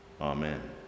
Amen